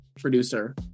producer